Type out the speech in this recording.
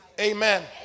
amen